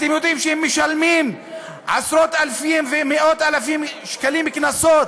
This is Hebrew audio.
אתם יודעים שמשלמים עשרות-אלפי ומאות-אלפים שקלים קנסות?